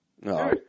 No